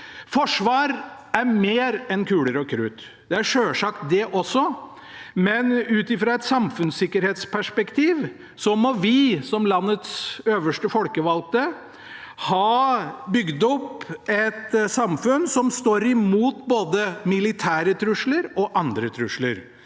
Forsvar er mer enn kuler og krutt. Det er selvsagt det også, men ut fra et samfunnssikkerhetsperspektiv må vi, som landets øverste folkevalgte, ha bygd opp et samfunn som står imot både militære trusler og andre trusler.